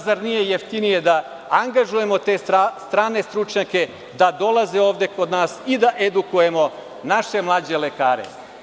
Zar nije jeftinije da angažujemo te strane stručnjake da dolaze ovde kod nas i da edukujemo naše mlađe lekare.